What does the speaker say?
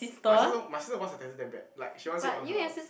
my sister my sister wants a tattoo damn bad like she wants it on her